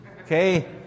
Okay